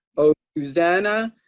oh, susanna,